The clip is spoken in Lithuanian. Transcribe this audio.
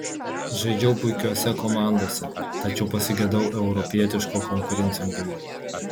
žaidžiau puikiose komandose tačiau pasigedau europietiško konkurencingumo